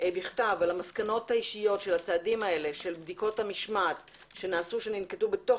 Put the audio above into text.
בכתב אודות המסקנות האישיות של צעדי המשמעת שננקטו בתוך